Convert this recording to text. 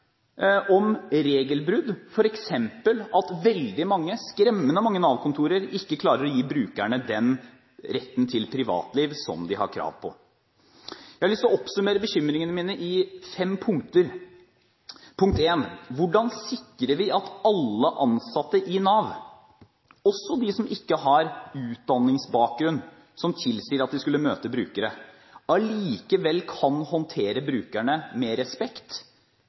regelbrudd, f.eks. at veldig mange, skremmende mange, Nav-kontorer ikke klarer å gi brukerne den retten til privatliv som de har krav på. Jeg har lyst til å oppsummere bekymringene mine i fem punkter. Punkt 1: Hvordan sikrer vi at alle ansatte i Nav, også de som ikke har utdanningsbakgrunn som tilsier at de skulle møte brukere, allikevel kan håndtere brukerne med respekt